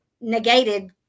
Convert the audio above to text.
negated